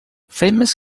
famous